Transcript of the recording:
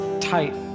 tight